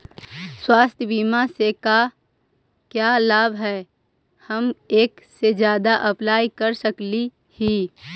स्वास्थ्य बीमा से का क्या लाभ है हम एक से जादा अप्लाई कर सकली ही?